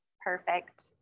perfect